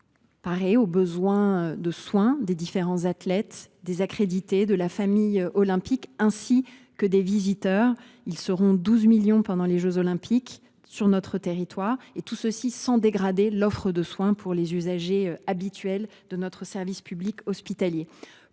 parer aux besoins de soins des différents athlètes, des accrédités, de la famille olympique, ainsi que des visiteurs – ils seront 12 millions pendant les jeux Olympiques sur notre territoire –, sans pour autant dégrader l’offre de soins pour les usagers habituels de notre service public hospitalier.